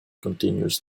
contentious